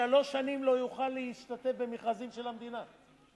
שלוש שנים לא יוכל להשתתף במכרזים של המדינה.